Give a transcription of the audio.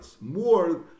more